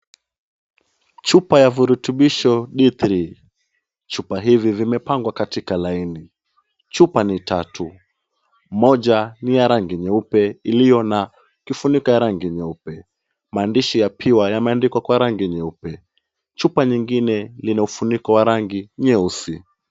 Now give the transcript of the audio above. Chupa ya virutubisho d3. Chupa hivi vimepangwa katika laini. Chupa ni tatu. Moja ni ya rangi nyeupe iliyo na kifuniko ya rangi nyeupe. Maandishi ya pure yameandikwa kwa rangi nyeupe. Chupa nyingine lina ufuniko wa rangi nyeusi.